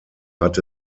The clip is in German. hatte